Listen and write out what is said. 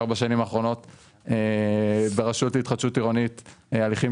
ארבע השנים האחרונות ברשות להתחדשות עירונית הליכים